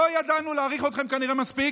כנראה לא ידענו להעריך אתכם מספיק.